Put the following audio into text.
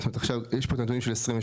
יש פה את הנתונים של 2022,